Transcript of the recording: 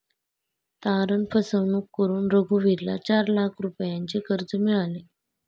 तारण फसवणूक करून रघुवीरला चार लाख रुपयांचे कर्ज मिळाले